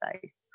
face